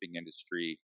industry